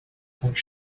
think